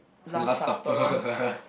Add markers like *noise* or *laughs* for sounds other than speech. last supper *laughs*